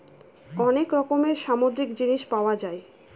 অনেক রকমের সামুদ্রিক জিনিস পাওয়া যায়